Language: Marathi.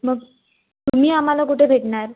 मग तुम्ही आम्हाला कुठे भेटणार